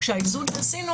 והאיזון שעשינו